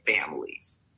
families